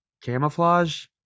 camouflage